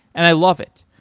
and i love it.